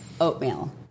oatmeal